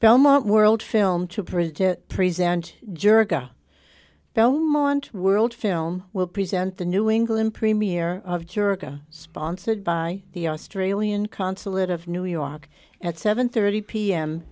belmont world film to protet present jurga belmont world film will present the new england premier of cura sponsored by the australian consulate of new york at seven thirty pm